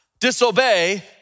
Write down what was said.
disobey